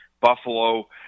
Buffalo